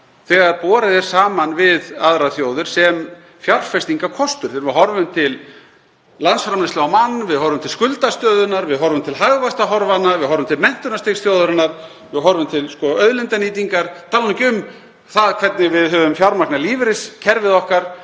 þegar borið er saman við aðrar þjóðir, sem fjárfestingarkostur þegar við horfum til landsframleiðsla á mann, horfum til skuldastöðunnar, horfum til hagvaxtarhorfanna, horfum til menntunarstigs þjóðarinnar, horfum til auðlindanýtingar, ég tala nú ekki um það hvernig við höfum fjármagnað lífeyriskerfi okkar,